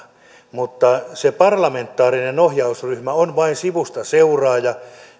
mutta se parlamentaarinen ohjausryhmä on vain sivusta seuraaja